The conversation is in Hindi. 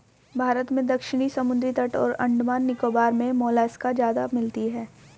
भारत में दक्षिणी समुद्री तट और अंडमान निकोबार मे मोलस्का ज्यादा मिलती है